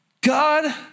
God